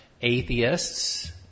Atheists